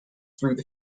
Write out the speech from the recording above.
through